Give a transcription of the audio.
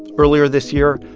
earlier this year,